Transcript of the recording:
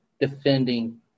defending